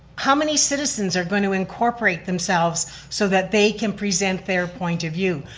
how many citizens are going to incorporate themselves so that they can present their point of view?